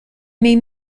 may